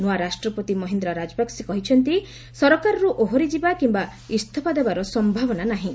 ନୂଆ ରାଷ୍ଟ୍ରପତି ମହିନ୍ଦା ରାଜପକ୍ଷେ କହିଛନ୍ତି ସରକାରରୁ ଓହରିଯିବା କିମ୍ବା ଇସ୍ତଫା ଦେବାର ସମ୍ଭାବନା ନାହିଁ